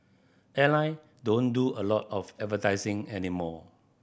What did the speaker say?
airline don't do a lot of advertising anymore